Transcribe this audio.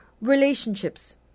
Relationships